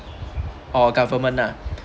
or government lah